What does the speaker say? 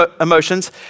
emotions